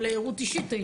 על רותי שטרית,